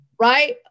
right